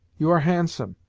you are handsome,